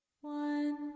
One